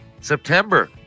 September